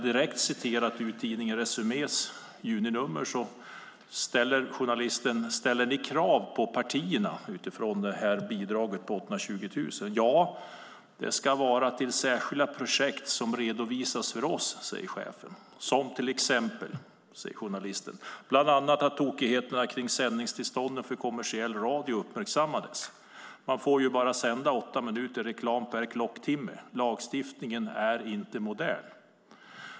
Jag läser: - Ställer ni krav på partierna? - Ja. Det ska vara till särskilda projekt som redovisas för oss. - Som till exempel? - Bland annat att tokigheterna kring sändningstillstånden för kommersiell radio uppmärksammades. Man får ju bara sända åtta minuter reklam per klocktimme. Lagstiftningen är inte modern.